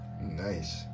nice